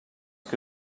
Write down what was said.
que